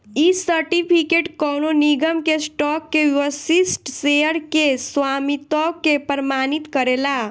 इ सर्टिफिकेट कवनो निगम के स्टॉक के विशिष्ट शेयर के स्वामित्व के प्रमाणित करेला